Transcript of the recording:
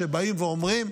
שבאים ואומרים: